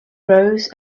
rose